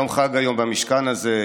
יום חג היום במשכן הזה,